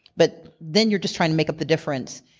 but then you're just trying to make up the difference.